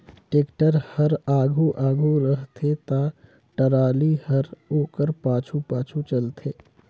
tractor हर आघु आघु रहथे ता टराली हर ओकर पाछू पाछु चलथे